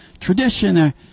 tradition